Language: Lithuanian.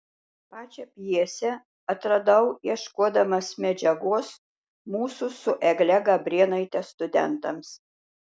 pačią pjesę atradau ieškodamas medžiagos mūsų su egle gabrėnaite studentams